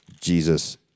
Jesus